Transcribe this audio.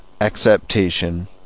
acceptation